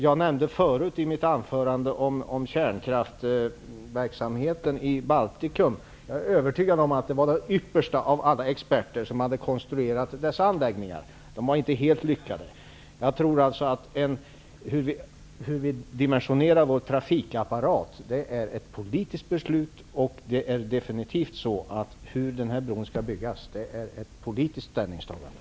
Jag nämnde kärnkraftsverksamheten i Baltikum i mitt anförande. Jag är övertygad om att det är de yppersta av alla experter som har konstruerat dessa anläggningar. De var inte helt lyckade. Beslutet om hur vi dimensionerar vår trafikapparat är politiskt. Frågan om hur bron skall byggas kräver definitivt ett politiskt ställningstagande.